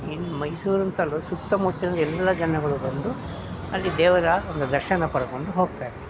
ಇಲ್ಲಿ ಮೈಸೂರು ಅಂತಲ್ಲ ಸುತ್ತಮುತ್ತಲಿಂದ ಎಲ್ಲ ಜನಗಳು ಬಂದು ಅಲ್ಲಿ ದೇವರ ಒಂದು ದರ್ಶನ ಪಡ್ಕೊಂಡು ಹೋಗ್ತಾರೆ